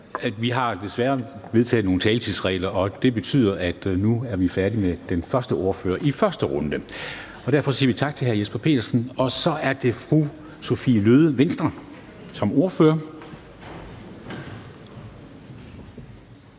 Vi har vedtaget nogle taletidsregler, og det betyder desværre, at vi nu er færdig med den første ordfører i første runde, og derfor siger vi tak til hr. Jesper Petersen. Så er det fru Sophie Løhde, Venstre, som ordfører.